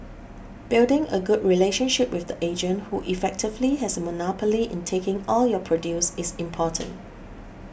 building a good relationship with the agent who effectively has a monopoly in taking all your produce is important